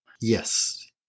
Yes